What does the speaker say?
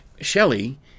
Shelley